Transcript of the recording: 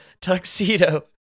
Tuxedo